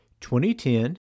2010